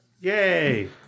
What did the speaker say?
Yay